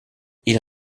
ils